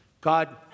God